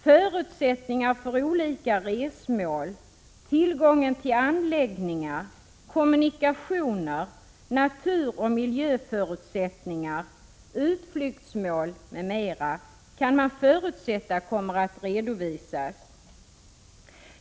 Förutsättningar för olika resmål, tillgången till anläggningar, kommunikationer, natur och miljöförutsättningar, utflyktsmål m.m. kommer rimligen att redovisas.